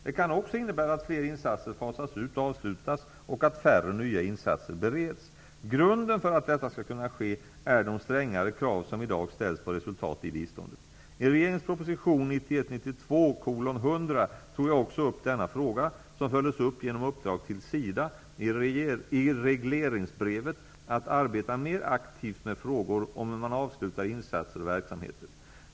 Det kan också innebära att fler insatser fasas ut och avslutas och att färre nya insatser bereds. Grunden för att detta skall kunna ske är de strängare krav som i dag ställs på resultat i biståndet. I regeringens proposition 1991/92:100 tog jag också upp denna fråga, som följdes upp genom uppdrag till SIDA i regleringsbrev att arbeta mer aktivt med frågor om hur man avslutar insatser och verksamheter.